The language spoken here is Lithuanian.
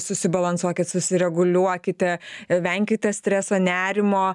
susibalansuokit susireguliuokite venkite streso nerimo